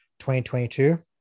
2022